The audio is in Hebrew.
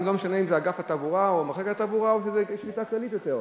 לא משנה אם זה אגף התברואה או מחלקת התברואה או שזו שביתה כללית יותר.